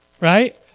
Right